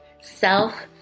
self